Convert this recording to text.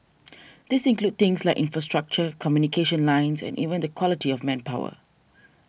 these include things like infrastructure communication lines and even the quality of manpower